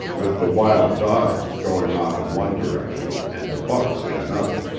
with the wild dogs' going off in one direction and the buck's in another.